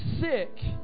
sick